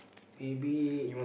maybe